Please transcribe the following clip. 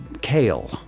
kale